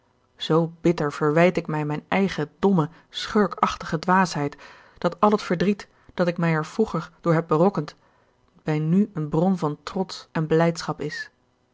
zoo bitter verwijt ik mij mijn eigen domme schurkachtige dwaasheid dat al het verdriet dat ik mij er vroeger door heb berokkend mij nu een bron van trots en blijdschap is